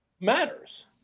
matters